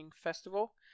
festival